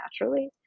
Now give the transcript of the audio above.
naturally